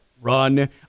run